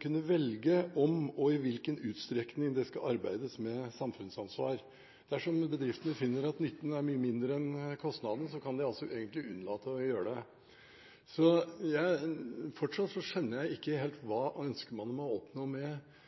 kunne velge om og i hvilken utstrekning det skal arbeides med samfunnsansvar. Dersom bedriftene finner at nytten er mye mindre enn kostnaden, kan de altså unnlate å gjøre det. Så fortsatt skjønner jeg ikke helt hva man ønsker å oppnå med